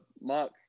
Mark